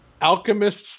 alchemists